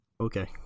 Okay